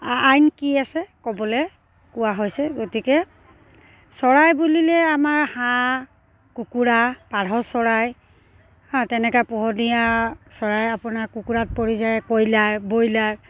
আইন কি আছে ক'বলৈ কোৱা হৈছে গতিকে চৰাই বুলিলে আমাৰ হাঁহ কুকুৰা পাৰ চৰাই আৰু তেনেকৈ পোহনীয়া চৰাই আপোনাৰ কুকুৰাত পৰি যায় কয়লাৰ ব্ৰইলাৰ